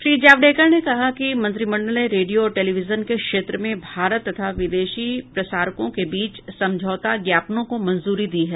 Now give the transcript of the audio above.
श्री जावडेकर ने कहा कि मंत्रिमंडल ने रेडियो और टेलीविजन के क्षेत्र में भारत तथा विदेशी प्रसारकों के बीच समझौता ज्ञापनों को मंजूरी दी है